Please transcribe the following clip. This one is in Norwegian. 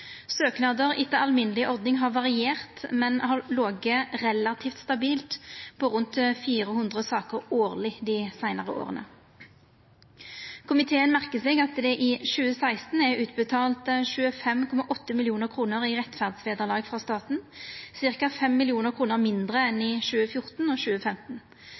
Søknader etter alminneleg ordning har variert, men har lege relativt stabilt på rundt 400 saker årleg dei seinare åra. Komiteen merker seg at det i 2016 er utbetalt 25,8 mill. kr i rettferdsvederlag frå staten, ca. 5 mill. kr mindre enn i 2014 og 2015.